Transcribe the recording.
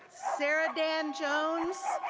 sarah dan jones,